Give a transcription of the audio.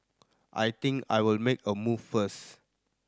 I think I will make a move first